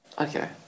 Okay